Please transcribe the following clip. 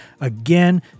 Again